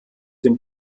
dem